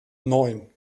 neun